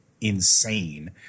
insane